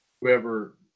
whoever